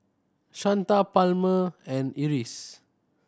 Shanta Palmer and Iris